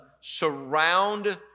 surround